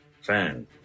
fan